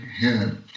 head